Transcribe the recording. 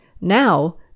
Now